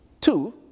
Two